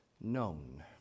Known